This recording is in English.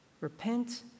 Repent